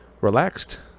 relaxed